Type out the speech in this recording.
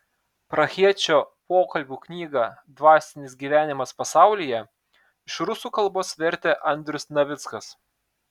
prahiečio pokalbių knygą dvasinis gyvenimas pasaulyje iš rusų kalbos vertė andrius navickas